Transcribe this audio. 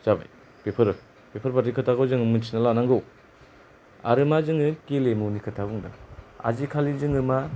जाबाय बेफोरो बेफोरबादि खोथाखौ जोङो मिथिनानै लानांगौ आरो मा जोङो गेलेमुनि खोथा बुंदों आजिखालि जोङो मा